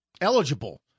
eligible